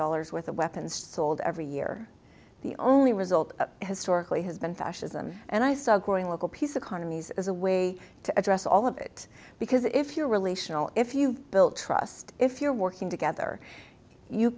dollars worth of weapons sold every year the only result historically has been fascism and i saw growing local peace economies as a way to address all of it because if you're relational if you've built trust if you're working together you